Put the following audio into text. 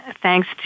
thanks